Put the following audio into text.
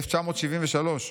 1973,